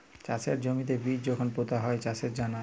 চাষের জমিতে বীজ যখল পুঁতা হ্যয় চাষের জ্যনহে